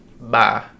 bye